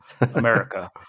America